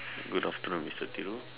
good afternoon mister Thiru